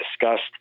discussed